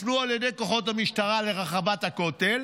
יופנו על ידי כוחות המשטרה לרחבת הכותל,